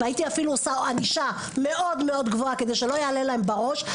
והייתי אפילו עושה ענישה מאוד גבוהה כדי שלא יעלה להן בראש,